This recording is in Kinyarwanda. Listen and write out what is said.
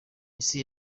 isi